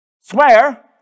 Swear